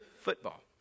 football